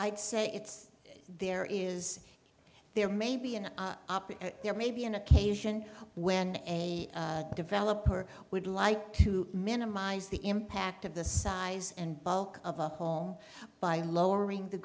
i'd say it's there is there may be an option there may be an occasion when a developer would like to minimize the impact of the size and bulk of a home by lowering the